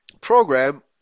program